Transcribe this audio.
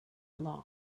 along